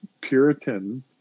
Puritan